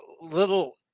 little